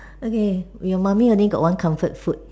okay your mummy only got one comfort food